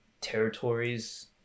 territories